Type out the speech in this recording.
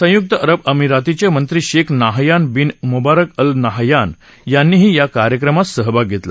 संयुक्त अरब अमिरातीचे मंत्री Sheikh Nahyan bin Mubarak Al Nahyan यांनीही या कार्यक्रमात सहभाग घेतला